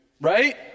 right